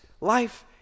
life